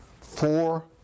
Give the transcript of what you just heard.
Four